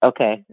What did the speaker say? Okay